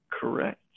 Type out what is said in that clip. correct